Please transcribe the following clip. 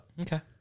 Okay